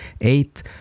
eight